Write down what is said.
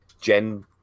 gen